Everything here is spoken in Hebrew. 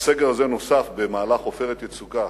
לסגר הזה נוספה במהלך "עופרת יצוקה"